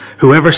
Whoever